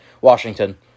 Washington